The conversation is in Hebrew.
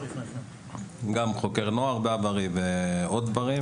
גם חוקר נוער ועוד דברים.